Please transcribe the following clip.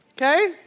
Okay